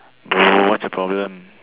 bro what's your problem